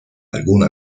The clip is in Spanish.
alguna